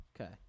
Okay